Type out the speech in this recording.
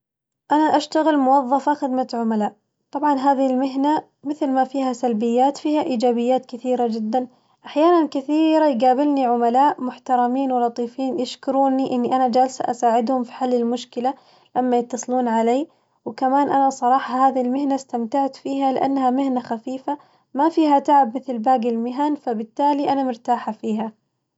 أنا أشتغل موظفة خدمة عملاء، طبعاً هذي المهنة مثل ما فيها سلبيات فيها إيجابيات كثيرة جداً، أحياناً كثيرة يقابلني عملاء محترمين ولطيفين يشكروني إني أنا جالسة أساعدهم في حل المشكلة لما يتصلون علي، وكمان أنا صراحة هذي المهنة اسمتعت فيها لأنها مهنة خفيفة ما فيها تعب مثل باقي المهن فبالتالي أنا مرتاحة فيها.